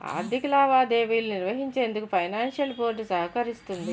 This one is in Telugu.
ఆర్థిక లావాదేవీలు నిర్వహించేందుకు ఫైనాన్షియల్ బోర్డ్ సహకరిస్తుంది